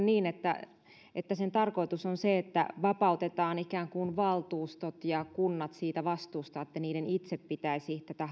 niin että että sen tarkoitus on se että vapautetaan ikään kuin valtuustot ja kunnat siitä vastuusta että niiden itse pitäisi tätä